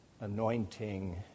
anointing